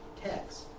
text